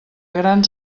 grans